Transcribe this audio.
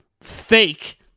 fake